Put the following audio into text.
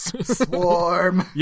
Swarm